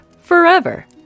Forever